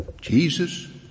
Jesus